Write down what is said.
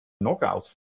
Knockout